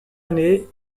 année